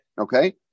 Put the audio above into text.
Okay